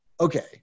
okay